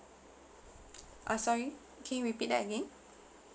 uh sorry can you repeat that again